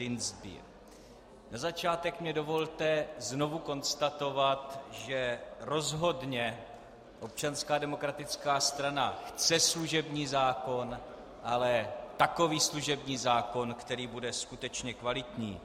Na začátek mi dovolte znovu konstatovat, že rozhodně Občanská demokratická strana chce služební zákon, ale takový služební zákon, který bude skutečně kvalitní.